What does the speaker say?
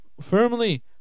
firmly